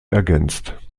ergänzt